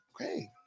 okay